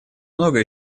многое